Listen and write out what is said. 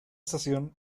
estación